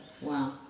wow